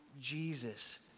Jesus